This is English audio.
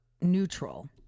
neutral